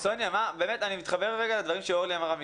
סוניה, אני מתחבר רגע לדברים שאורלי אמרה קודם.